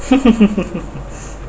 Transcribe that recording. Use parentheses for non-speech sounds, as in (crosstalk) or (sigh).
(laughs)